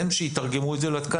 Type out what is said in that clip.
שהם יתרגמו את זה לתקנים.